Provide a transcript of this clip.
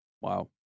Wow